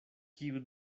kiu